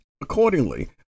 Accordingly